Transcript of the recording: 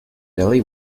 delhi